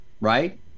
right